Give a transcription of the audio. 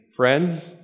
friends